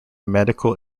medical